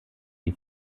die